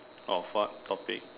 of what topic